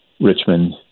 Richmond